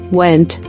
went